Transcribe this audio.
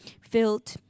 filled